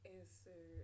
answer